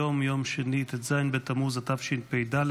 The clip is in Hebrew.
היום יום שני ט"ז בתמוז התשפ"ד,